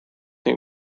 ning